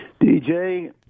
DJ